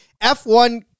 F1 –